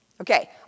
Okay